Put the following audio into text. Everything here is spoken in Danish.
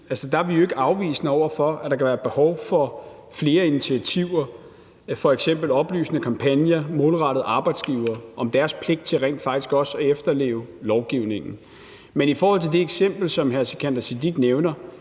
er vi jo ikke afvisende over for, at der kan være behov for flere initiativer, f.eks. oplysende kampagner målrettet arbejdsgivere om deres pligt til rent faktisk også at efterleve lovgivningen. Men i det eksempel, som hr. Sikandar Siddique nævner,